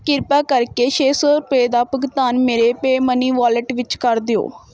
ਕਿਰਪਾ ਕਰਕੇ ਛੇ ਸੌ ਰੁਪਏ ਦਾ ਭੁਗਤਾਨ ਮੇਰੇ ਪੇ ਮਨੀ ਵਾਲੇਟ ਵਿੱਚ ਕਰ ਦਿਓ